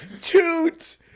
Toot